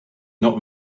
not